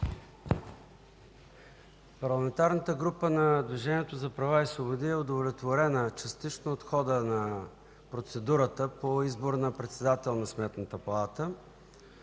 Парламентарната група на Движението за права и свободи е удовлетворена частично от хода на процедурата по избор на председател на Сметната палата.